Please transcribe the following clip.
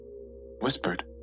Whispered